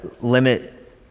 limit